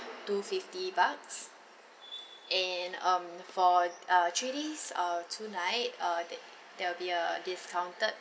two fifty bucks and um for uh three days uh two night uh ther~ there will be a discounted